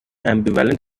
ambivalent